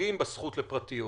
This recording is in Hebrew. פוגעים בזכות לפרטיות,